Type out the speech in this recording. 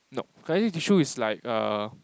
nope connective tissue is like err